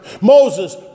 Moses